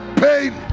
pain